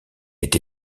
été